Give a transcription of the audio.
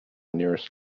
nearest